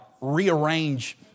rearrange